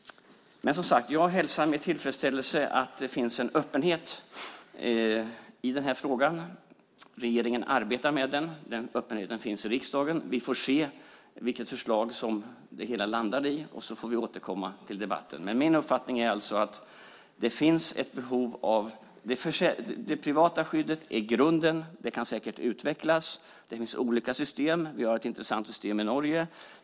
Jag hälsar med tillfredsställelse att det finns en öppenhet i frågan. Regeringen arbetar med den. Öppenheten finns i riksdagen. Vi får se vilket förslag som det hela landar i, och sedan får vi återkomma i debatten. Min uppfattning är att det privata skyddet är grunden, och det kan säkert utvecklas. Det finns olika system. Det är ett intressant system i Norge.